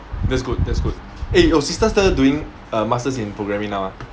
that's good that's good eh your sister still doing uh masters in programming now ah